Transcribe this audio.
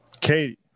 Katie